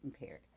impaired